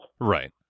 Right